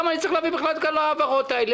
למה אני צריך להביא את כל ההעברות האלה?